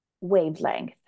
wavelength